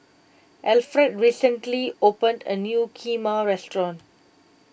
Alferd recently opened a new Kheema restaurant